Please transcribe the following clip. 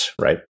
right